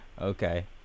Okay